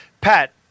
Pat